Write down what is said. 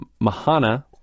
Mahana